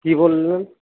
কী বললেন